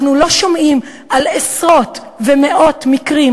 אבל אנחנו לא שומעים על עשרות ומאות מקרים